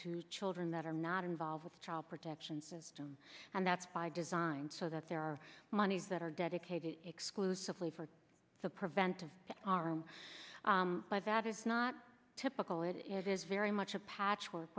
to children that are not involved with child protection system and that's by design so that there are monies that are dedicated exclusively for the preventive arm by that is not typical it is very much a patchwork